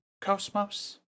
Cosmos